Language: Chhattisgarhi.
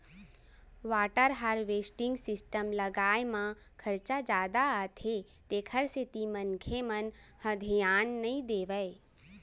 वाटर हारवेस्टिंग सिस्टम लगवाए म खरचा जादा आथे तेखर सेती मनखे मन ह धियान नइ देवय